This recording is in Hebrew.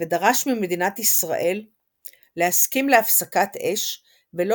ודרש ממדינת ישראל להסכים להפסקת אש ולא